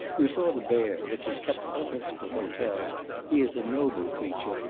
we saw the bear, which is kept at the principal hotel he is a noble creature,